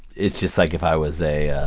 it's just like if i was a